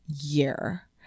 year